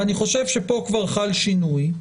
ואני חושב שכאן כבר חל שינוי,